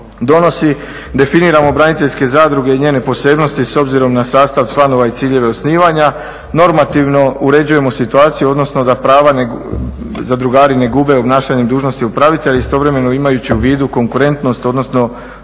donosi. Definiramo braniteljske zadruge i njene posebnosti s obzirom na sastav članova i ciljeve osnivanja, normativno uređujemo situaciju odnosno da prava zadrugari ne gube obnašanjem dužnosti upravitelja, a istovremeno imajući u vidu konkurentnost odnosno